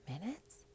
minutes